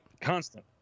Constant